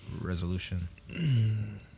resolution